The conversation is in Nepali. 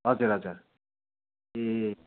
हजुर हजुर ए